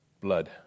blood